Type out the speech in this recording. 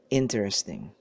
interesting